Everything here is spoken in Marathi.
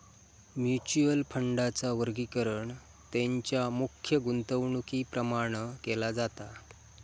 म्युच्युअल फंडांचा वर्गीकरण तेंच्या मुख्य गुंतवणुकीप्रमाण केला जाता